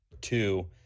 two